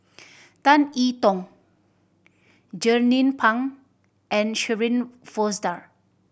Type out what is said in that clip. Tan I Tong Jernnine Pang and Shirin Fozdar